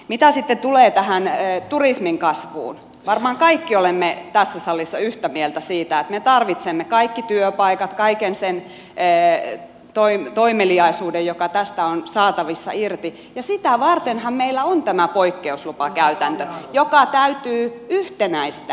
mitä sitten tulee tähän turismin kasvuun varmaan kaikki olemme tässä salissa yhtä mieltä siitä että me tarvitsemme kaikki työpaikat kaiken sen toimeliaisuuden joka tästä on saatavissa irti ja sitä vartenhan meillä on tämä poikkeuslupakäytäntö joka täytyy yhtenäistää